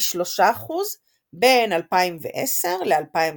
מ-3% בין 2010 ל-2017.